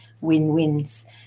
win-wins